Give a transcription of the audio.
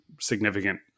Significant